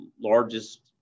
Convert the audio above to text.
largest